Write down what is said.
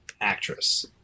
Actress